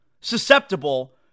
susceptible